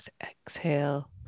Exhale